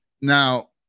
Now